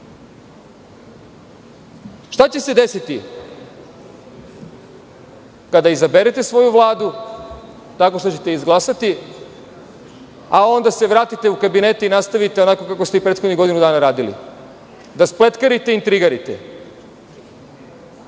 će se desiti kada izaberete svoju Vladu tako što ćete izglasati, a onda se vratite u kabinete i nastavite onako kako ste i prethodnih godinu dana radili? Da spletkarite i intrigirate